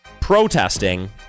protesting